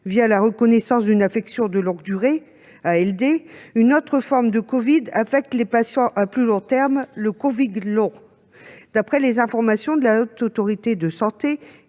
% la reconnaissance d'une affection de longue durée, ou ALD, une autre forme de covid-19 affecte les patients à plus long terme : le covid long. D'après les informations de la Haute Autorité de santé,